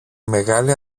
μεγάλη